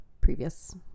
previous